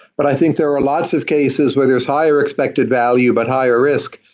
but i think there are lots of cases where there is higher expected value, but higher risk,